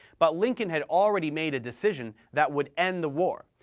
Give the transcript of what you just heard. but lincoln had already made a decision that would end the war.